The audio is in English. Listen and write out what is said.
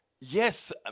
yes